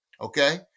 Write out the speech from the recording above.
Okay